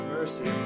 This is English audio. Mercy